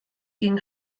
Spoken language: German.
gegen